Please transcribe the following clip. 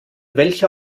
welcher